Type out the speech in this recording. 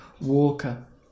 walker